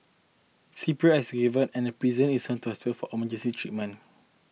C P R is given and prison is sent to hospital for emergency treatment